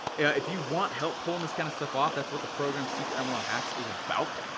if you want help pulling this kind of stuff off that's what the program secret mlm hacks is about.